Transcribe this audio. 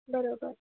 બરોબર